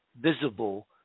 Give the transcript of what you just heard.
visible